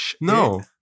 No